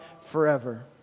forever